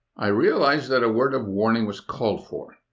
i realized that a word of warning was called for.